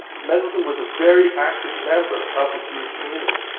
mendelssohn was a very active member of the jewish community.